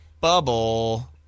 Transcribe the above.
bubble